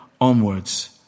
onwards